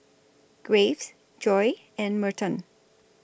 Graves Joye and Merton